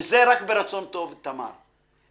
וזה רק ברצון טוב, תמר.